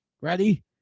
Ready